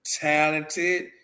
talented